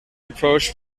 approach